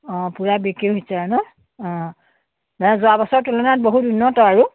অঁ পূৰা বিক্ৰী হৈছে আৰু ন অঁ নাই যোৱা বছৰৰ তুলনাত বহুত উন্নত আৰু